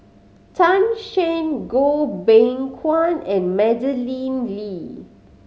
Tan Shen Goh Beng Kwan and Madeleine Lee